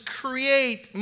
create